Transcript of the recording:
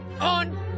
on